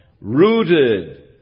Rooted